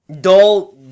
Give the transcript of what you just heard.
Dull